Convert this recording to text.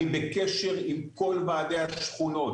אני בקשר עם כל ועדי השכונות.